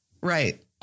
Right